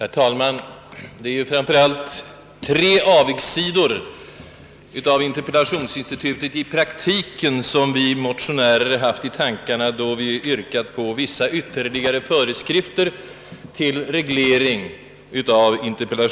Herr talman! Det är framför allt tre avigsidor hos interpellationsinstitutet i praktiken som vi motionärer haft i tankarna då vi yrkat på vissa ytterligare föreskrifter till reglering av detta.